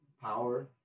power